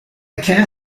carrière